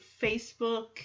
Facebook